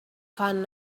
found